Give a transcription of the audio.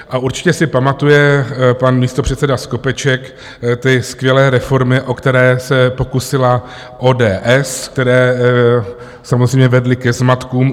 A určitě si pamatuje pan místopředseda Skopeček ty skvělé reformy, o které se pokusila ODS, které samozřejmě vedly ke zmatkům.